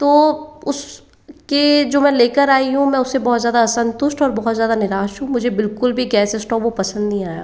तो उस के जो मैं लेकर आई हूँ मैं उससे बहुत ज़्यादा असंतुष्ट और बहुत ज्यादा निराश हूँ मुझे बिल्कुल भी गैस स्टोव वो पसंद नहीं आया